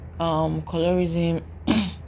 colorism